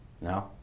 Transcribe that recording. No